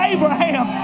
Abraham